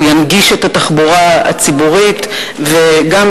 הוא ינגיש את התחבורה הציבורית ובכך